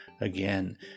again